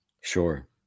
sure